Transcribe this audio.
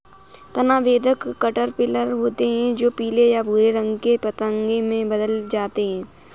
तना बेधक कैटरपिलर होते हैं जो पीले या भूरे रंग के पतंगे में बदल जाते हैं